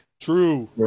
True